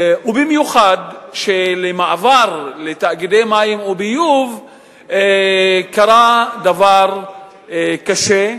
ובמיוחד כשלמעבר לתאגידי מים וביוב קרה דבר קשה,